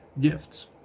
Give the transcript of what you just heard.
gifts